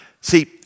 See